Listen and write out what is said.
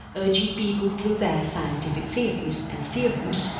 urging people through their scientific theories and theorems,